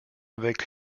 avec